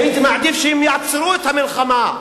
הייתי מעדיף שהם יעצרו את המלחמה,